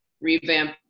revamp